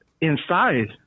inside